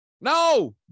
No